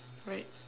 right